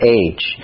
age